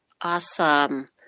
awesome